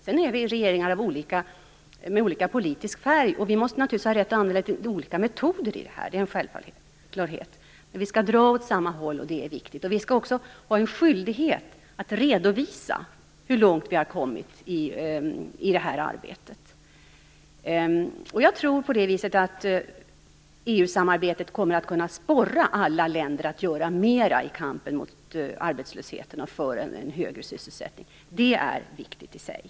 Det finns ju regeringar av litet olika politisk färg, och vi måste naturligtvis ha rätt att använda litet olika metoder i detta arbete, men det är viktigt att vi drar åt samma håll. Vi skall också ha en skyldighet att redovisa hur långt vi har kommit i det här arbetet. Jag tror på det viset att EU-samarbetet kommer att kunna sporra alla länder att göra mera i kampen mot arbetslösheten och för en högre sysselsättning. Det är viktigt i sig.